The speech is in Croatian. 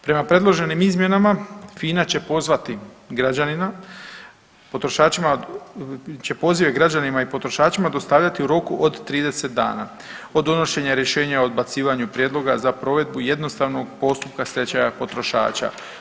Prema predloženim izmjenama FINA će pozvati građanina, potrošačima će pozive građanima i potrošačima dostavljati u roku od 30 dana od donošenja rješenja o odbacivanju prijedloga za provedbu jednostavnog postupka stečaja potrošača.